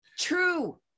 True